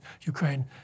Ukraine